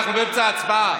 אנחנו באמצע ההצבעה.